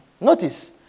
notice